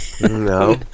No